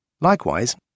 Likewise